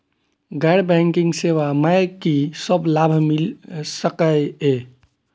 गैर बैंकिंग सेवा मैं कि सब लाभ मिल सकै ये?